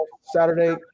Saturday